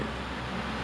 mmhmm